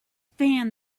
fan